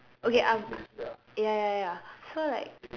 okay I'm ya ya ya so like